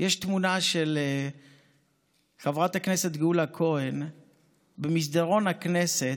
יש תמונה של חברת הכנסת גאולה כהן במסדרון הכנסת,